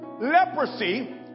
leprosy